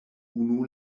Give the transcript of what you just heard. unu